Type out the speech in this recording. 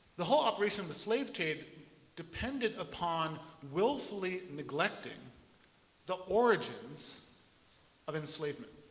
the whole operation of the slave trade depended upon willfully neglecting the origins of enslavement.